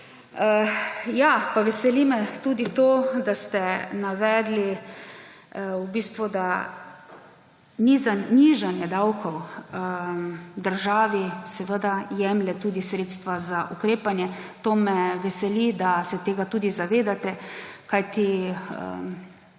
Veseli me pa tudi to, da ste navedli tudi to, da nižanje davkov seveda jemlje državi tudi sredstva za ukrepanje. To me veseli, da se tega tudi zavedate, kajti